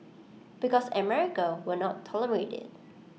because America will not tolerate IT